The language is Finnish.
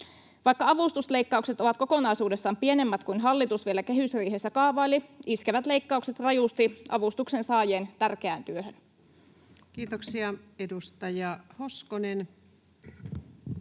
Vaikka avustusleikkaukset ovat kokonaisuudessaan pienemmät kuin hallitus vielä kehysriihessä kaavaili, iskevät leikkaukset rajusti avustuksen saajien tärkeään työhön. [Speech 341] Speaker: